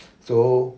so